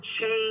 change